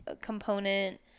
component